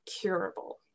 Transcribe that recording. curable